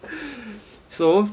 so